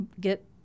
get